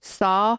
saw